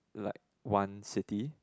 like one city